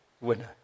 winner